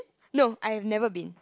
no I've never been